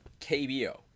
KBO